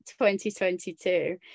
2022